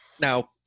Now